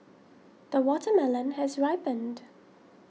the watermelon has ripened